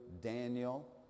Daniel